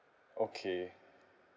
okay